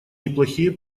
неплохие